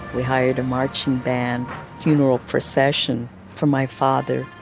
we hired a marching band funeral procession for my father,